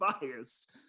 biased